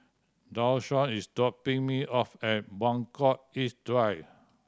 Deshawn is dropping me off at Buangkok East Drive